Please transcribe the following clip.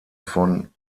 von